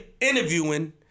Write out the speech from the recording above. interviewing